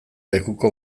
lekuko